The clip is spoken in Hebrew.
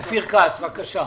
אופיר כץ, בבקשה.